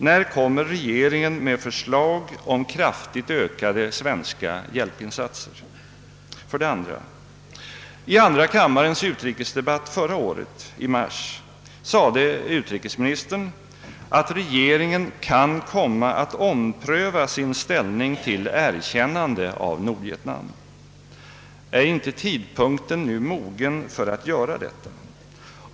När kommer regeringen med förslag om kraftigt ökade svenska hjälpinsatser? För det andra: I andra kammarens utrikesdebatt i mars förra året sade utrikesministern, att regeringen kan komma att ompröva sin ställning till erkännande av Nordvietnam. Är inte tidpunkten nu mogen för att göra detta?